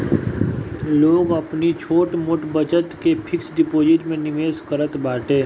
लोग अपनी छोट मोट बचत के फिक्स डिपाजिट में निवेश करत बाटे